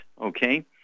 okay